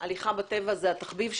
הליכה בטבע זה התחביב שלי,